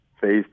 Phase